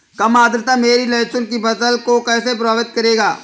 कम आर्द्रता मेरी लहसुन की फसल को कैसे प्रभावित करेगा?